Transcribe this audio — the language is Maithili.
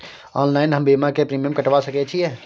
ऑनलाइन हम बीमा के प्रीमियम कटवा सके छिए?